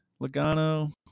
Logano